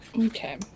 Okay